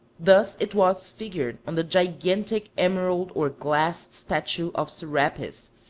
thus it was figured on the gigantic emerald or glass statue of serapis,